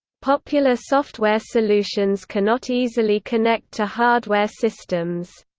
popular software solutions cannot easily connect to hardware systems.